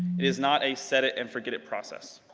it is not a set it and forget it process.